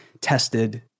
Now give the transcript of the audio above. tested